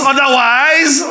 Otherwise